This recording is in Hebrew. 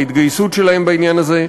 ההתגייסות שלהם בעניין הזה,